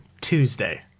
Tuesday